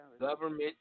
government